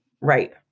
Right